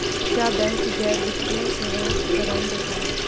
क्या बैंक गैर वित्तीय सेवाएं प्रदान करते हैं?